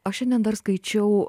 o šiandien dar skaičiau